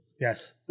Yes